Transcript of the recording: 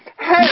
Hey